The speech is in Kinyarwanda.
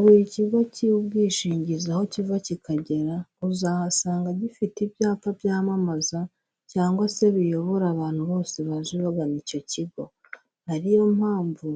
Buri kigo cy'ubwishingizi aho kiva kikagera, uzahasanga gifite ibyapa byamamaza cyangwa se biyobora abantu bose baje bagana icyo kigo, ariyo mpamvu